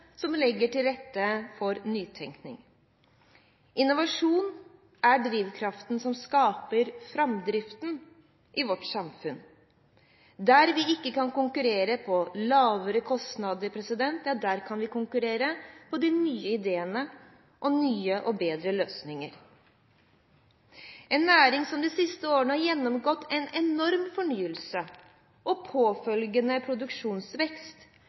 som legger til rette for nytenkning. Innovasjon er drivkraften som skaper framdriften i vårt samfunn. Der vi ikke kan konkurrere på lavere kostnader, kan vi konkurrere på de nye ideene og nye og bedre løsninger. En næring som de siste årene har gjennomgått en enorm fornyelse og påfølgende